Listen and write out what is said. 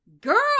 Girl